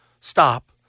stop